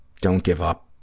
don't give up.